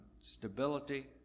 stability